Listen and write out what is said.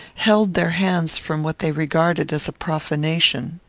held their hands from what they regarded as a profanation.